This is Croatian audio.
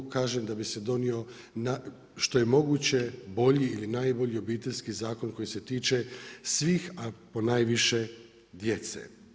Kažem da bi se donio što je moguće bolji ili najbolji obiteljski zakon, koji se tiče svih, a ponajviše djece.